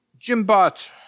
Jimbot